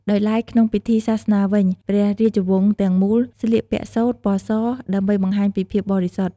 ដោយឡែក ក្នុងពិធីសាសនាវិញ ព្រះរាជវង្សទាំងមូល ស្លៀកពាក់សូត្រ ពណ៌ស ដើម្បីបង្ហាញពីភាពបរិសុទ្ធ។